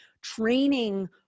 training